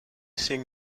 sing